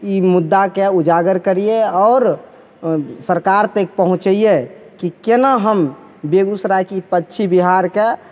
ई मुद्दाके उजागर करिए आओर सरकार तक पहुँचैए कि कोना हम बेगूसरायके ई पक्षी विहारके